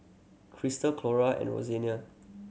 Christal Clora and Roseanna